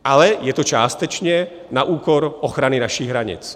Ale je to částečně na úkor ochrany našich hranic.